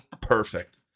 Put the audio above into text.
Perfect